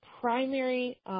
primary –